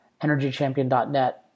energychampion.net